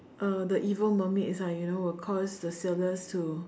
uh the evil mermaids ah you know will cause the sailors to